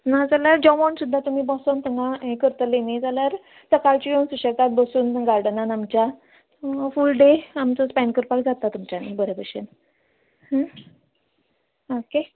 नाजाल्यार जेवण सुद्दां तुमी बसोंत हांगां हें करतले न्ही जाल्यार सकाळचीं येवन सुशेगाद बसून गार्डनान आमच्या फूल डे आमचो स्पँड करपाक जाता तुमच्यान बऱ्या भशेन ऑके